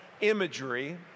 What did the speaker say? imagery